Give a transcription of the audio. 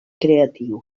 creatiu